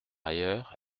ailleurs